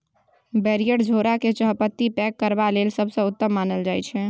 barrier झोरा केँ चाहपत्ती पैक करबा लेल सबसँ उत्तम मानल जाइ छै